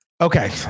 Okay